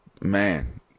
Man